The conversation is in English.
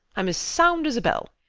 i'm as sound as a bell.